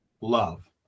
love